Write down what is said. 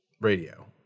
radio